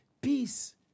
peace